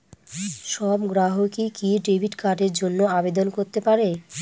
সব গ্রাহকই কি ডেবিট কার্ডের জন্য আবেদন করতে পারে?